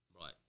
right